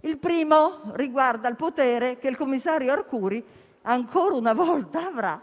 il primo riguarda il potere che il commissario Arcuri ancora una volta avrà